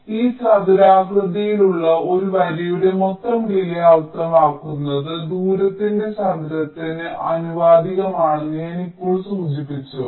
ഈ ചതുരാകൃതിയിലുള്ള ഒരു വരിയുടെ മൊത്തം ഡിലേയ്യ് അർത്ഥമാക്കുന്നത് ദൂരത്തിന്റെ ചതുരത്തിന് ആനുപാതികമാണെന്ന് ഞാൻ ഇപ്പോൾ സൂചിപ്പിച്ചു